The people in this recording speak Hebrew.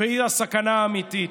והיא הסכנה האמיתית.